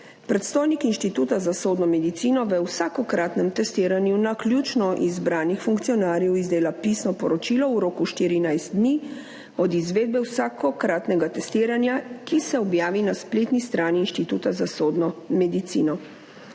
Predstojnik Inštituta za sodno medicino o vsakokratnem testiranju naključno izbranih funkcionarjev izdela pisno poročilo v roku 14 dni od izvedbe vsakokratnega testiranja, ki se objavi na spletni strani Inštituta za sodno medicino.